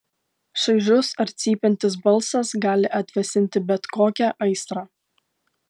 šaižus ar cypiantis balsas gali atvėsinti bet kokią aistrą